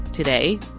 Today